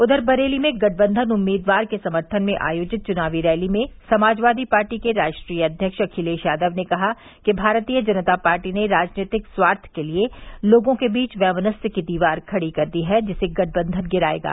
उधर बरेली में गठबंधन उम्मीदवार के समर्थन में आयोजित चुनावी रैली में समाजवादी पार्टी के राष्ट्रीय अध्यक्ष अखिलेश यादव ने कहा कि भारतीय जनता पार्टी ने राजनैतिक स्वार्थ के लिये लोगों के बीच वैमनस्य की दीवार खड़ी कर दी है जिसे गठबंधन गिरायेगा